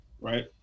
right